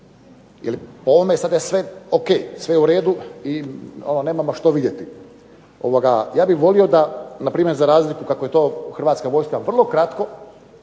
Jel po ovome sada je sve ok, sve je u redu i ono nemamo što vidjeti. Ja bih volio da npr. za razliku kako je to Hrvatska vojska vrlo kratko,